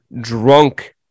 drunk